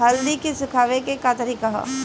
हल्दी के सुखावे के का तरीका ह?